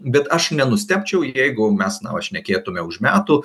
bet aš nenustebčiau jeigu mes na va šnekėtumėme už metų